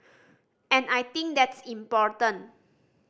and I think that's important